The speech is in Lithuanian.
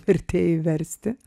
vertėjai versti